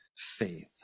faith